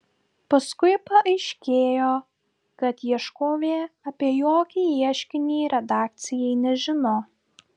paskui paaiškėjo kad ieškovė apie jokį ieškinį redakcijai nežino